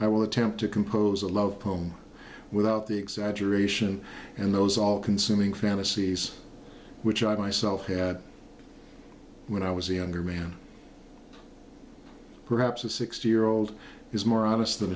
will attempt to compose a love poem without the exaggeration and those all consuming fantasies which i myself had when i was a younger man perhaps a sixty year old is more honest